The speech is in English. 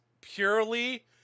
purely